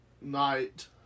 night